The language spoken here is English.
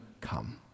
come